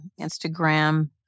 Instagram